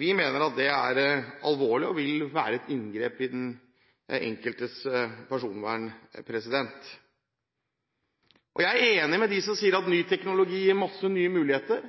Vi mener at det er alvorlig og vil være et inngrep i den enkeltes personvern. Jeg er enig med dem som sier at ny